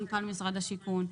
מנכ"ל משרד השיכון,